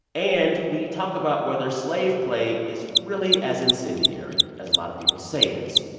and we talk about whether slave play is really as incendiary as a lot of people say it is.